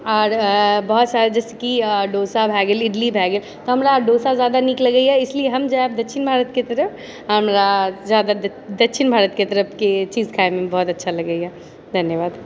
आर बहुत सारा जइसे कि डोसा भए गेल इडली भए गेल तऽ हमरा डोसा जादा नीक लगैया इसलिए हम जायब दक्षिण भारतके तरफ हमरा जादा द दक्षिण भारतके तरफके चीज खाएमे बहुत अच्छा लगैया धन्यवाद